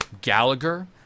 Gallagher